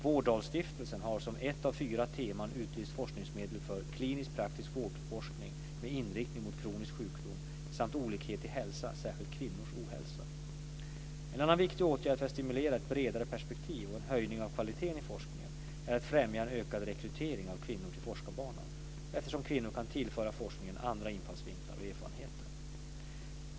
Vårdalstiftelsen har som ett av fyra teman utlyst forskningsmedel för klinisk praktisk vårdforskning med inriktning mot kronisk sjukdom samt olikhet i hälsa, särskilt kvinnors ohälsa. En annan viktig åtgärd för att stimulera ett bredare perspektiv och en höjning av kvaliteten i forskningen är att främja en ökad rekrytering av kvinnor till forskarbanan, eftersom kvinnor kan tillföra forskningen andra infallsvinklar och erfarenheter.